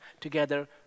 together